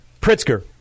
Pritzker